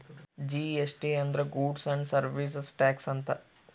GST ಅಂದ್ರ goods and service tax ಅಂತ